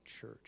church